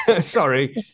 sorry